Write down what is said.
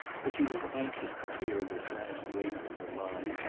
but she was anxious to clear this last weight from her mind,